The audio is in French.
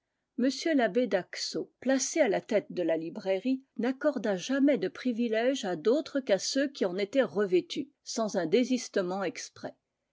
m l'abbé daguesseau placé à la tête de la librairie n'accorda jamais de privilège à d'autres qu'à ceux qui en étaient revêtus sans un désistement exprès